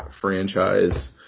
franchise